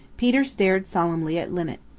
peter stared solemnly at linnet.